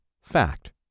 fact